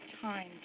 time